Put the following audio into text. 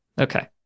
Okay